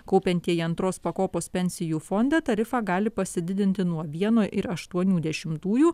kaupiantieji antros pakopos pensijų fondą tarifą gali pasididinti nuo vieno ir aštuonių dešimtųjų